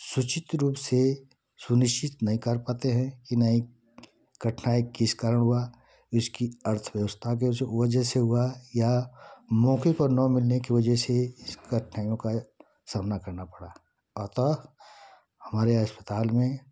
सूचित रूप से सुनिश्चित नहीं कर पाते हैं कि नही कठिनाई किस कारण हुआ ये उसकी अर्थव्यवस्था के वजह से हुआ या मौके पर न मिलने की वजह से इस कठिनाइयों का सामना करना पड़ा अतः हमारे अस्पताल में